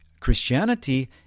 Christianity